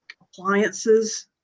appliances